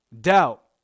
doubt